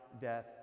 death